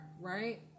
right